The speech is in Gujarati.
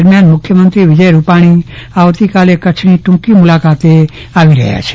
દરમિયાન મુખ્યમંત્રી વિજય રૂપાણી આવતીકાલે કચ્છની ટૂંક મુલાકાતે આવી રહ્યા છે